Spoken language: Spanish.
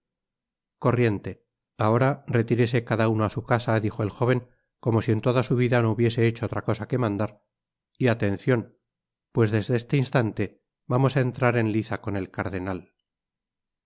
corriente ahora retirese cada uno á su casa dijo el jóven como si en toda su vida no hubiese hecho otra cosa que mandar y atencion pues desde este instante vamos á entrar en liza con el cardenal